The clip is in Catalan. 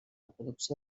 producció